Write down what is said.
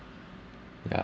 yeah